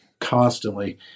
constantly